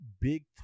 big